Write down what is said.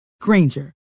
Granger